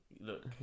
Look